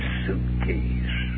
suitcase